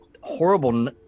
horrible